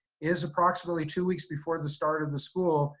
is approximately two weeks before the start of the school,